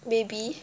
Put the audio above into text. maybe